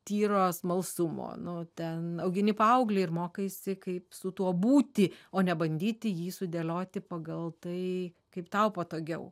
tyro smalsumo nu ten augini paauglį ir mokaisi kaip su tuo būti o ne bandyti jį sudėlioti pagal tai kaip tau patogiau